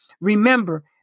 Remember